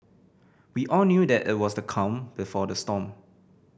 we all knew that it was the calm before the storm